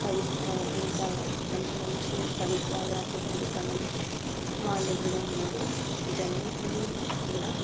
కవిత ఇంకా మంచి మంచి కవిత్వాలు రాసేటటువంటి కళలు వాళ్ళు కూడా ఉన్నారు వీటి అన్నింటినీ కూడా